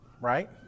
Right